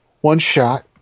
one-shot